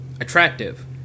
attractive